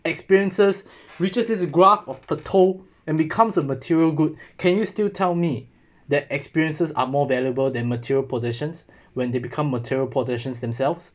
experiences reaches this is graph of the toe and becomes a material good can you still tell me that experiences are more valuable than material possessions when they become material possessions themselves